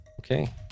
Okay